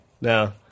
No